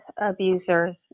abusers